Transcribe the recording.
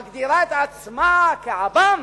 מגדירה את עצמה כעב"ם?